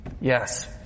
Yes